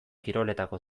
kiroletako